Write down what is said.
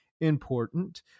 important